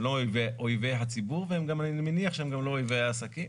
הם לא אויבי הציבור ואני מניח שהם גם לא אויבי העסקים.